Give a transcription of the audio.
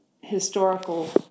historical